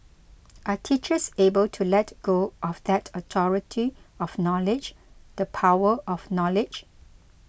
are teachers able to let go of that authority of knowledge the power of knowledge